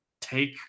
take